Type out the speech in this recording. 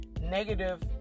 negative